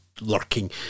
lurking